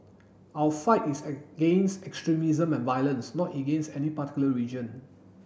our fight is against extremism and violence not against any particular religion